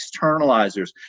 externalizers